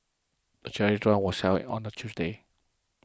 the charity run was held on a Tuesday